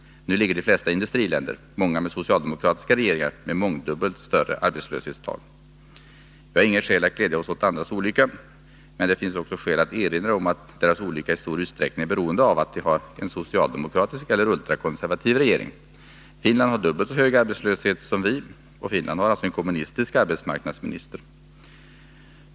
Nu ligger de flesta industriländer, många med socialdemokratiska regeringar, på mångdubbelt större arbetslöshetstal. Vi har inget skäl att glädja oss åt andras olycka. Men det finns skäl att erinra om att deras olycka i stor utsträckning är beroende av att de har socialdemokratiska eller ultrakonservativa regeringar. Finland har dubbelt så hög arbetslöshet som vi, och där har man alltså en kommunistisk arbetsmarknadsminister.